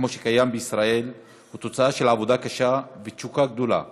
כמו שקיים בישראל הוא תוצאה של עבודה קשה ותשוקה גדולה.